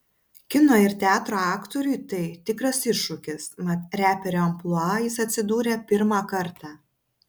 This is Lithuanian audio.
kino ir teatro aktoriui tai tikras iššūkis mat reperio amplua jis atsidūrė pirmą kartą